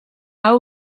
hau